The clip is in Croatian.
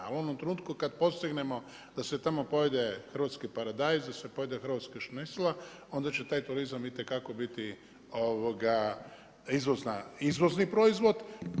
U onom trenutku kada postignemo da se tamo pojede hrvatski paradajz, da se pojede hrvatska šnicla onda će taj turizam itekako biti izvozni proizvod.